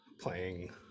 playing